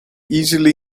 easily